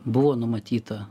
buvo numatyta